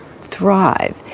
thrive